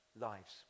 lives